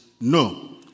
no